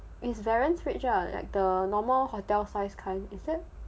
it's varen fridge ah like a normal hotel size kind